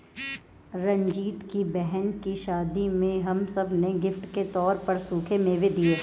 रंजीत की बहन की शादी में हम सब ने गिफ्ट के तौर पर सूखे मेवे दिए